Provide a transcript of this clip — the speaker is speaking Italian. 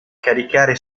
caricare